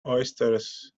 oysters